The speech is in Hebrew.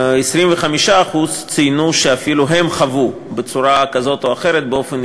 כ-25% ציינו שהם אפילו חוו בצורה כזאת או אחרת באופן